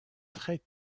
très